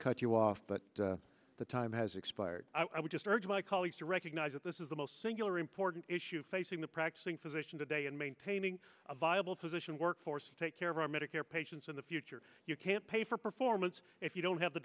cut you off but the time has expired i would just urge my colleagues to recognize that this is the most singular important issue facing the practicing physician today and maintaining a viable tradition workforce to take care of our medicare patients in the future you can't pay for performance if you don't have the